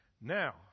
Now